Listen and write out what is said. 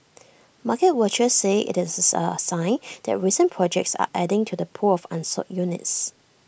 market watchers said IT is A sign that recent projects are adding to the pool of unsold units